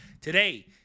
Today